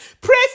Pray